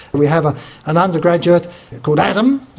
we have ah an undergraduate called adam,